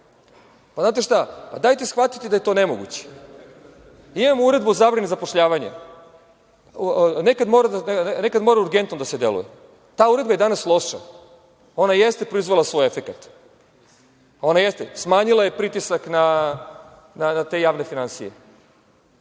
razredi. Dajte, shvatite da je to nemoguće. Imamo Uredbu o zabrani zapošljavanja. Nekada mora urgentno da se reaguje. Ta uredba je danas loša. Ona jeste proizvela svoj efekat. Smanjila je pritisak na te javne finansije.